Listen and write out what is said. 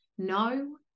no